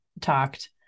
talked